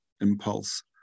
impulse